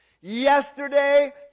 yesterday